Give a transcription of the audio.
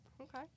Okay